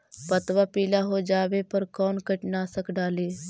पतबा पिला हो जाबे पर कौन कीटनाशक डाली?